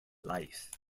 life